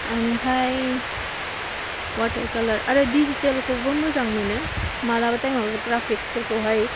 ओमफाय अवाटार खालार आरो दिजिथेलखौबो मोजां मोनो मालाबा थाइमाव ग्राफिक्स फोरखौहाय